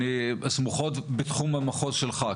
סמוכות בתחום המחוז שלך,